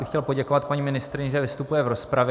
Chtěl bych poděkovat paní ministryni, že vystupuje v rozpravě.